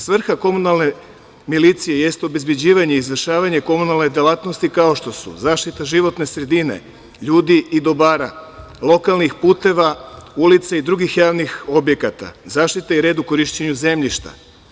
Svrha komunalne milicije jeste obezbeđivanje i izvršavanje komunalne delatnosti, kao što su zaštita životne sredine, ljudi i dobar, lokalnih puteva, ulica i drugih javnih objekata, zaštite i red u korišćenju zemljišta.